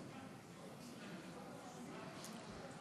לחם בכל